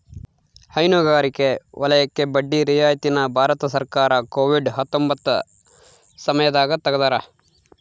ಹೈನುಗಾರಿಕೆ ವಲಯಕ್ಕೆ ಬಡ್ಡಿ ರಿಯಾಯಿತಿ ನ ಭಾರತ ಸರ್ಕಾರ ಕೋವಿಡ್ ಹತ್ತೊಂಬತ್ತ ಸಮಯದಾಗ ತೆಗ್ದಾರ